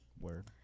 Word